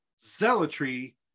zealotry